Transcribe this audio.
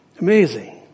Amazing